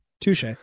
touche